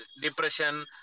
depression